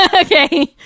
Okay